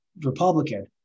Republican